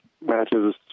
matches